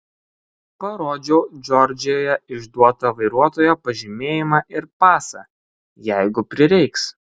parodžiau džordžijoje išduotą vairuotojo pažymėjimą ir pasą jeigu prireiks